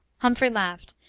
humphrey laughed,